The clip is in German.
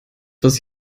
was